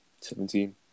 Seventeen